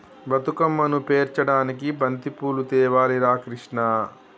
బతుకమ్మను పేర్చడానికి బంతిపూలు తేవాలి రా కిష్ణ